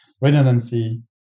redundancy